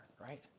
right